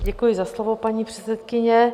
Děkuji za slovo, paní předsedkyně.